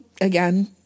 again